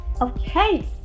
okay